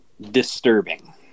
disturbing